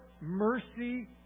mercy